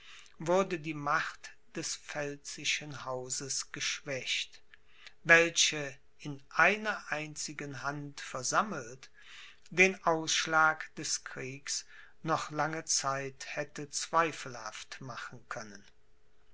wurde die macht des pfälzischen hauses geschwächt welche in einer einzigen hand versammelt den ausschlag des kriegs noch lange zeit hätte zweifelhaft machen können